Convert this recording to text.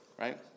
right